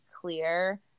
clear